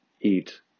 eat